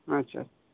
আচ্ছা